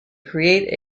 create